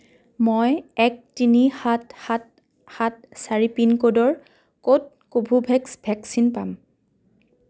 মই এক তিনি সাত সাত সাত চাৰি পিনক'ডৰ ক'ত কোভোভেক্স ভেকচিন পাম